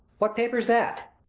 what paper's that?